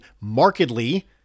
markedly